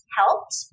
helped